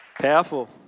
Powerful